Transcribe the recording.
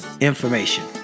information